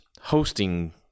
hosting